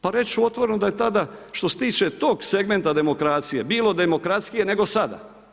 Pa reći ću otvoreno da je tada, što se tiče tog segmenta demokracije, bilo demokratskije nego sada.